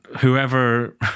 whoever